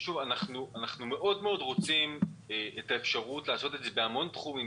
אנחנו רוצים מאוד את האפשרות לעשות את זה בהמון תחומים